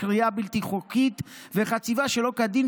כרייה בלתי חוקית וחציבה שלא כדין,